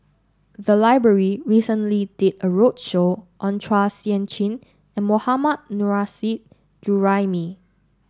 the library recently did a roadshow on Chua Sian Chin and Mohammad Nurrasyid Juraimi